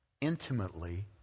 intimately